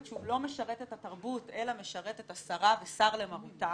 שאינו משרת את התרבות אלא משרת את השרה וסר למרותה.